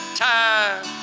time